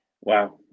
wow